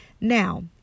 Now